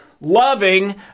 loving